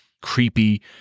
creepy